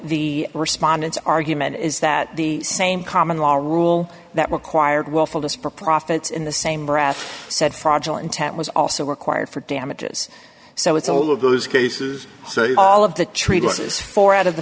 the respondents argument is that the same common law rule that required willfulness for profits in the same breath said fraudulent tat was also required for damages so it's all of those cases so all of the treatises for out of the